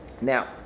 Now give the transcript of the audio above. Now